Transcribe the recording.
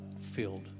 filled